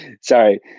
sorry